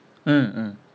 mm mm